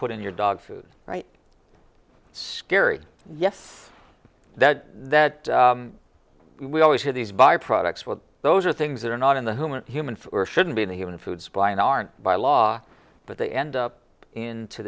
put in your dog food scary yes that that we always had these by products well those are things that are not in the human human or shouldn't be in the human food supply and aren't by law but they end up into